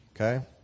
okay